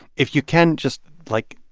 if you can just, like,